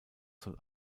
soll